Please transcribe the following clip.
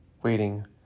Waiting